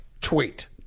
tweet